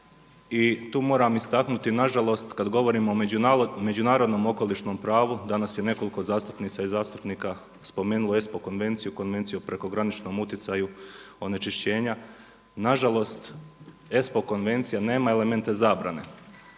tu moram istaknuti nažalost kad govorimo o međunarodnom okolišnom pravu, danas je nekoliko zastupnica i zastupnika spomenulo ESPO konvenciju, Konvenciju o prekograničnom utjecaju onečišćenja. Nažalost, ESPO konvencija nema elemente zabrane,